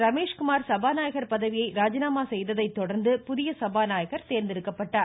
ரமேஷ்குமார் சபாநாயகர் பதவியை ராஜினாமா செய்ததை தொடர்ந்து புதிய சபாநாயகர் தேர்ந்தெடுக்கப்பட்டார்